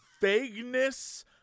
vagueness